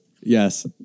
Yes